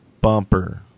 bumper